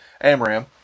AMRAM